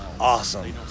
awesome